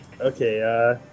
Okay